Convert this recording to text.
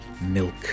Milk